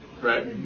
Right